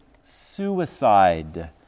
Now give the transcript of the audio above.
suicide